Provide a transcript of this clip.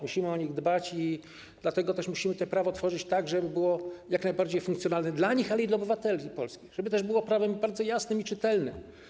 Musimy o nich dbać i dlatego też musimy tworzyć prawo tak, żeby było jak najbardziej funkcjonalne dla nich, ale i dla obywateli polskich, żeby też było prawem bardzo jasnym i czytelnym.